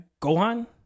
Gohan